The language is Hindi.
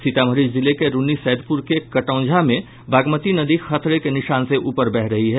सीतामढ़ी जिले के रून्नी सैदपुर के कटौंझा में बागमती नदी खतरे के निशान से ऊपर बह रही है